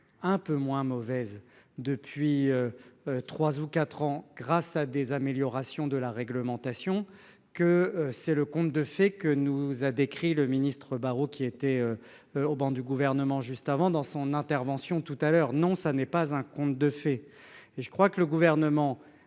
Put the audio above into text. un peu moins mauvaise depuis. 3 ou 4 ans grâce à des améliorations de la réglementation que c'est le conte de fées que nous a décrit le ministre-Barrot qui était. Au banc du gouvernement juste avant dans son intervention tout à l'heure. Non, ça n'est pas un conte de fées. Et je crois que le gouvernement